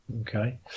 Okay